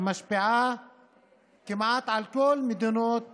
היא משפיעה כמעט על כל מדינות העולם,